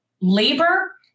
labor